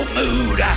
mood